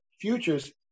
futures